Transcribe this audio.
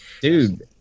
Dude